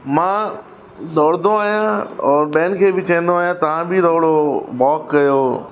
मां दौड़ंदो आहियां औरि ॿियनि खे बि चवंदो आहियां तव्हां बि दौड़ो वॉक कयो